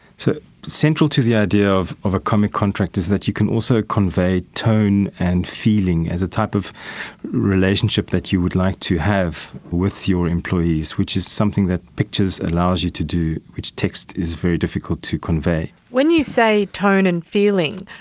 central to the idea of of a comic contract is that you can also convey tone and feeling as a type of relationship that you would like to have with your employees, which is something that pictures allows you to do, which text is very difficult to convey. when you say tone and feeling,